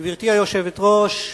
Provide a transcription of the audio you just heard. גברתי היושבת-ראש,